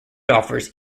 offers